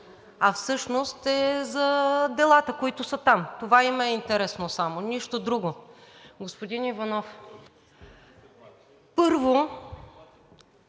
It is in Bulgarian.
за тях, а е за делата, които са там. Това им е интересно само, нищо друго. Господин Иванов, първо,